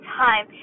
time